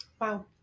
Wow